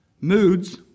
moods